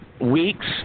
weeks